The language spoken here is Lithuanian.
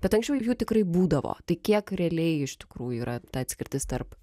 bet anksčiau jų tikrai būdavo tai kiek realiai iš tikrųjų yra ta atskirtis tarp